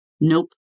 Nope